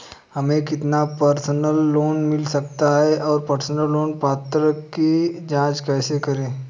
हमें कितना personal loan मिल सकता है और पर्सनल लोन पात्रता की जांच कैसे करें?